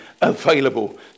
available